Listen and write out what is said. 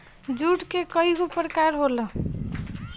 जुट के कइगो प्रकार होला